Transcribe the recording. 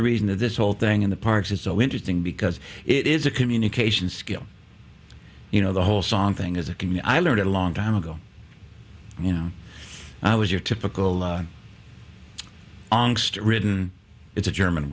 the reason that this whole thing in the parks is so interesting because it is a communication skill you know the whole song thing is a can i learned a long time ago you know i was your typical angst ridden it's a german